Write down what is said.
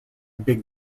big